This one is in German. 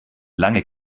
lange